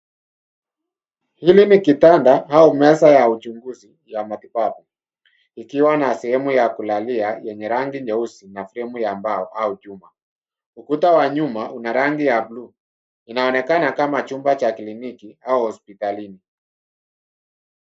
Hili ni kitanda au meza ya uchuguzi ya matibabu ikiwa na sehemu ya kulalia yenye rangi nyeusi na sehemu ya mbao au chuma. Ukuta wa nyuma una rangi ya buluu. Inaonekana kama chumba cha kliniki au hospitalini.